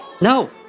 No